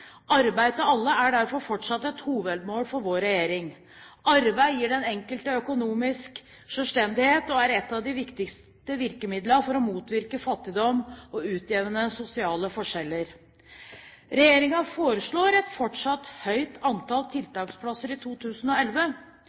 Arbeid til alle er derfor fortsatt et hovedmål for vår regjering. Arbeid gir den enkelte økonomisk selvstendighet og er et av de viktigste virkemidlene for å motvirke fattigdom og utjevne sosiale forskjeller. Regjeringen foreslår et fortsatt høyt antall tiltaksplasser i 2011.